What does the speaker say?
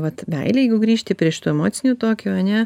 vat meilė jeigu grįžti prie šitų emocinių tokio ane